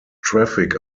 traffic